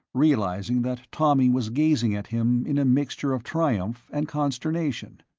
realizing that tommy was gazing at him in a mixture of triumph and consternation.